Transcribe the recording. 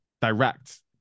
direct